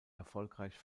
erfolgreich